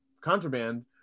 contraband